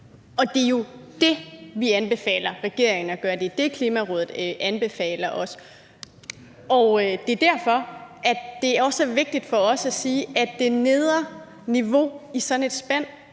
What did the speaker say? Og det er jo det, vi anbefaler regeringen at gøre. Det er det, Klimarådet anbefaler os. Det er derfor, at det også er vigtigt for os at sige, at det nedre niveau i sådan et spænd